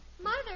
Mother